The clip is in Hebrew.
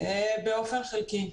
באופן חלקי.